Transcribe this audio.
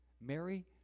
Mary